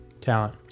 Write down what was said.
talent